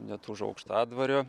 net už aukštadvario